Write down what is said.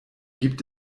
gibt